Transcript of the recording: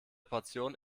portion